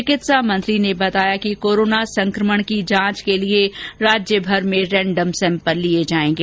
चिकित्सा मंत्री ने बताया कि कोरोना संकमण की जांच के लिए राज्यभर में रेण्डम सैम्पल लिए जाएंगे